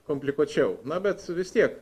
komplikuočiau na bet vis tiek